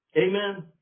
Amen